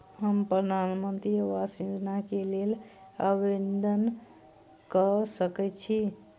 हम प्रधानमंत्री आवास योजना केँ लेल आवेदन कऽ सकैत छी?